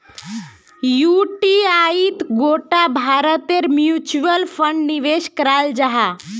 युटीआईत गोटा भारतेर म्यूच्यूअल फण्ड निवेश कराल जाहा